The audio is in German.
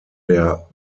der